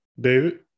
David